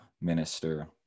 Minister